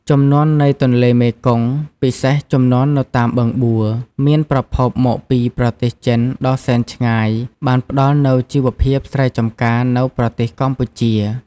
ជំនន់នៃទន្លេមេគង្គ ពិសេសជំនន់នៅតាមបឹងបួរ មានប្រភពមកពីប្រទេសចិនដ៏សែនឆ្ងាយបានផ្តល់នូវជីវភាពស្រែចម្ការនៅប្រទេសកម្ពុជា។